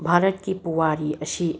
ꯚꯥꯔꯠꯀꯤ ꯄꯨꯋꯥꯔꯤ ꯑꯁꯤ